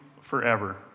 forever